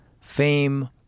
fame